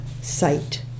sight